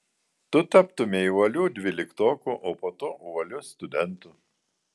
tu taptumei uoliu dvyliktoku o po to uoliu studentu